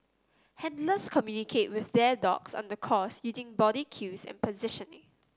handlers communicate with their dogs on the course using body cues and positioning